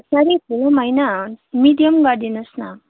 साह्रै ठुलो पनि होइन मिडियम गरिदिनुहोस् न